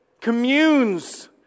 communes